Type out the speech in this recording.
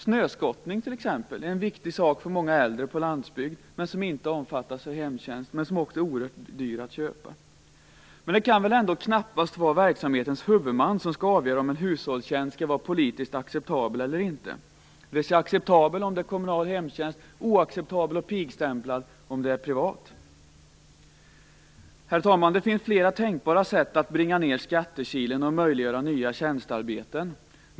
Snöskottning t.ex. är något som är viktigt för många äldre på landsbygd men som inte omfattas av hemtjänst och också är oerhört dyrt att köpa. Det kan väl knappast ändå vara verksamhetens huvudman som skall avgöra om en hushållstjänst är politiskt acceptabel eller inte - dvs. acceptabel om det är kommunal hemtjänst, oacceptabel och pigstämplad om det är privat. Herr talman! Det finns flera tänkbara sätt att bringa ned skattekilen och möjliggöra nya tjänstearbeten.